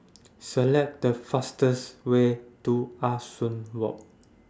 Select The fastest Way to Ah Soo Walk